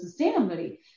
sustainability